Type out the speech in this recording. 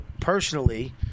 personally